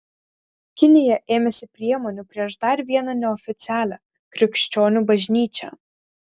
kinija ėmėsi priemonių prieš dar vieną neoficialią krikščionių bažnyčią